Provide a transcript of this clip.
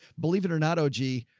believe it or not, oh, gee.